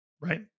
right